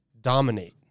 dominate